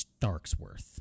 Starksworth